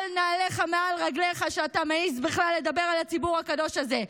של נעליך מעל רגליך כשאתה מעז בכלל לדבר על הציבור הקדוש הזה.